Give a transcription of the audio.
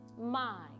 mind